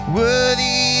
worthy